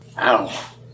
Ow